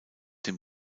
den